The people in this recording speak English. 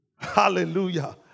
Hallelujah